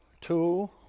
Two